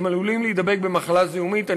הם עלולים להידבק במחלה זיהומית.